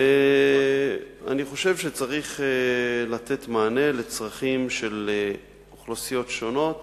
ואני חושב שצריך לתת מענה לצרכים של אוכלוסיות שונות